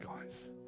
guys